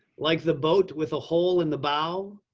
like the boat with a hole in the bow,